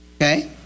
okay